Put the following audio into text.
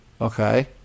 Okay